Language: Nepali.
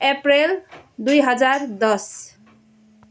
अप्रिल दुई हजार दस